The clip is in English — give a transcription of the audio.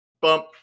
bump